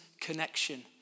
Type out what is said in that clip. connection